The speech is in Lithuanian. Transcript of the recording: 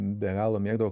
be galo mėgdavo